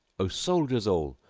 o soldiers all,